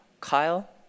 Kyle